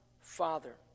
Father